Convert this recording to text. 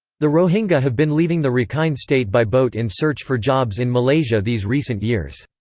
the rohingya have been leaving the rakhine state by boat in search for jobs in malaysia these recent years.